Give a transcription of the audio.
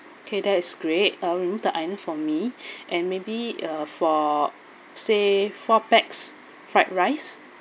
okay that is great um the onion for me and maybe uh for say four packs fried rice